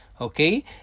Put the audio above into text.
Okay